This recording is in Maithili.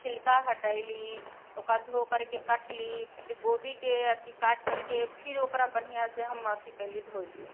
छिलका हटैली ओकरा बाद धोकरके कटली फिर गोभीके अथी काटकरके फिर ओकरा बन्हिआँसँ हम अथी कैली धोली